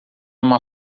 uma